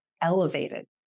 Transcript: elevated